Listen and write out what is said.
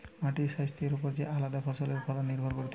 মাটির স্বাস্থ্যের ওপর যে আলদা ফসলের ফলন নির্ভর করতিছে